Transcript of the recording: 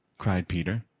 cried peter.